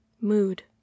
mood